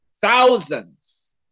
thousands